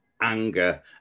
anger